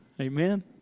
amen